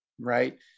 right